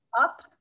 up